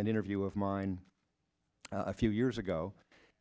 an interview of mine a few years ago